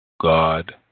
God